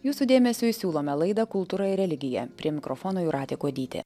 jūsų dėmesiui siūlome laidą kultūra ir religija prie mikrofono jūratė kuodytė